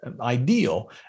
ideal